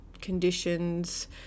conditions